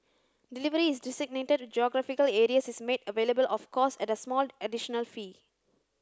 delivery is designated to geographical areas is made available of course at a small additional fee